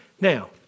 Now